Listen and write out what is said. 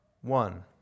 One